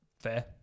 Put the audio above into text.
Fair